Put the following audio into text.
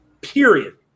Period